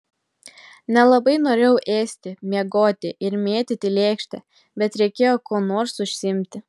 nelabai norėjau ėsti miegoti ir mėtyti lėkštę bet reikėjo kuo nors užsiimti